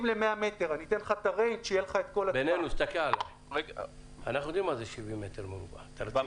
אנחנו יודעים מה זה 70 מטר רבוע.